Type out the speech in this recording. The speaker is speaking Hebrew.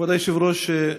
כבוד היושב-ראש,